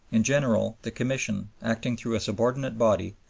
in general, the commission, acting through a subordinate body,